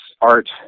art